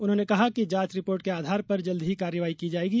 उन्होंने कहा कि जांच रिपोर्ट के आधार पर जल्द ही कार्यवाही की जायेगी